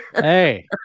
Hey